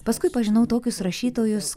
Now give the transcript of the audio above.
paskui pažinau tokius rašytojus